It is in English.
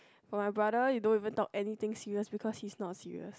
for my brother you don't even talk anything serious because he is not serious